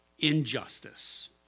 injustice